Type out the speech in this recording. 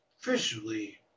visually